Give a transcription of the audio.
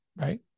right